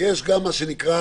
יש גם מה שנקרא,